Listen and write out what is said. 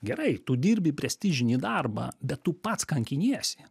gerai tu dirbi prestižinį darbą bet tu pats kankiniesi